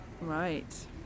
Right